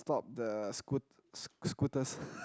stop the scoot scooters